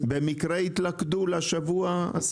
הסיפורים התלכדו לשבוע הזה